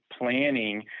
planning